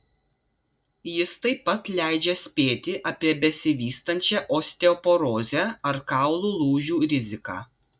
jis taip pat leidžia spėti apie besivystančią osteoporozę ar kaulų lūžių riziką